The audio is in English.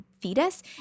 fetus